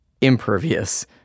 impervious